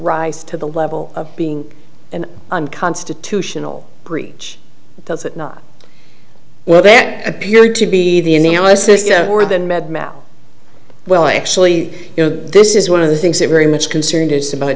rise to the level of being an unconstitutional breach does it not well that appear to be the analysis more than med mal well actually you know this is one of the things that very much concerned is about